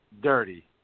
dirty